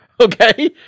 okay